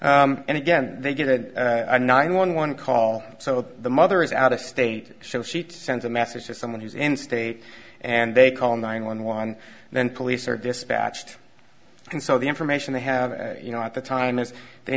r and again they give that nine one one call so the mother is out of state shows she sends a message to someone who's in state and they call nine one one then police are dispatched and so the information they have you know at the time is they